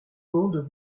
monde